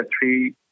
three